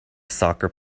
soccer